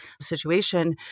situation